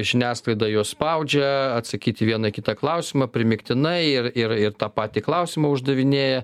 žiniasklaida juos spaudžia atsakyt į vieną kitą klausimą primygtinai ir ir ir tą patį klausimą uždavinėja